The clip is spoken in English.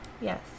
yes